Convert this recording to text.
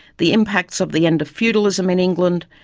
the impacts of the end of feudalism in england,